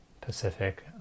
Pacific